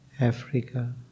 Africa